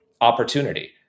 opportunity